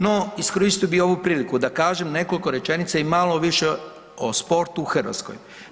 No, iskoristio bih ovu priliku da kažem nekoliko rečenica i malo više o sportu u Hrvatskoj.